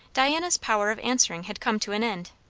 diana's power of answering had come to an end.